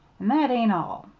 that ain't all,